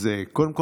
אז קודם כול,